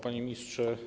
Panie Ministrze!